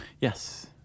Yes